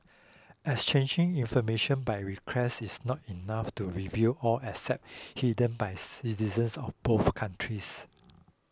exchanging information by request is not enough to reveal all assets hidden by citizens of both countries